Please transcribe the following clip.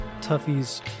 tuffy's